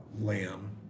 lamb